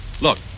Look